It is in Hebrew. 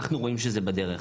אנחנו רואים שזה בדרך.